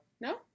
No